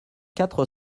quatre